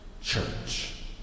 Church